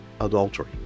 adultery